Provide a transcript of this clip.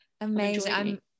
amazing